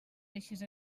deixes